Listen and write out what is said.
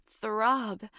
throb